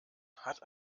hat